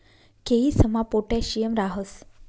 केयीसमा पोटॅशियम राहस